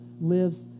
lives